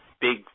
big